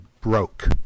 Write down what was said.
broke